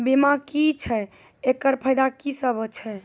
बीमा की छियै? एकरऽ फायदा की सब छै?